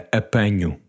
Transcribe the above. apanho